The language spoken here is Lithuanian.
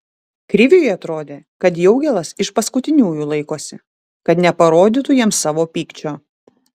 kriviui atrodė kad jaugėlas iš paskutiniųjų laikosi kad neparodytų jiems savo pykčio